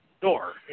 door